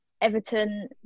Everton